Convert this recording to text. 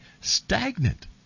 stagnant